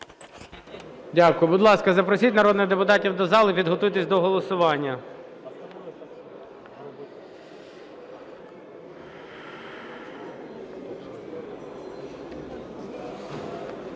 Дякую. Будь ласка, запросіть народних депутатів до зали, підготуйтеся до голосування.